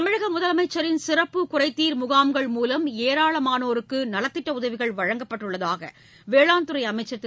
தமிழகமுதலமைச்சரின் சிறப்பு குறைதீர் முகாம்கள் மூலம் ஏராளமானோருக்குநலத்திட்டஉதவிகள் வழங்கப்பட்டுள்ளதாகவேளாண் துறைஅமைச்சர் திரு